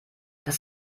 das